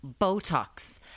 Botox